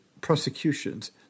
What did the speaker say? prosecutions